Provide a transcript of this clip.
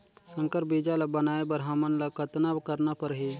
संकर बीजा ल बनाय बर हमन ल कतना करना परही?